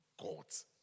God's